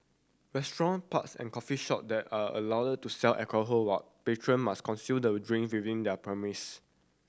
restaurant pubs and coffee shop there are allowed to sell alcohol but patron must consume the drink within their premise